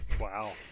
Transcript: Wow